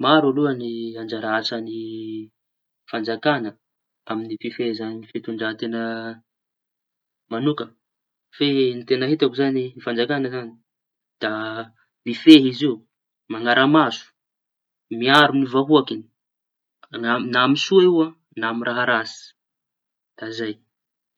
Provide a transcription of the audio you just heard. Maro aloha ny anjara asañy fanjakaña amy fifehezañy ny fitondran-teña. Fa ny teña hitako zañy: ny fanjakaña zañy da mifehy izy io, mañara-maso, miaro ny vahoakiñy no amy na amy soa io no amy raha ratsy. Da zay.